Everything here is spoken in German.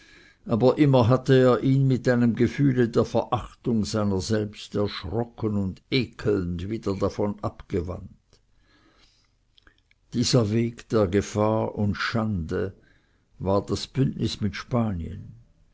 aber immer hatte er ihn mit einem gefühle der verachtung seiner selbst erschrocken und ekelnd wieder davon abgewandt dieser weg der gefahr und schande war das bündnis mit spanien